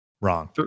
wrong